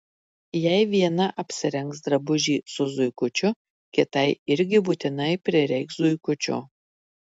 jei viena apsirengs drabužį su zuikučiu kitai irgi būtinai prireiks zuikučio